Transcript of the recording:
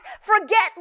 Forget